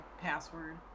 password